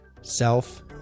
self